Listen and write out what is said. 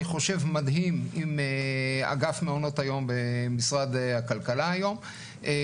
חושב מדהים עם אגף מעונות היום במשרד הכלכלה היום,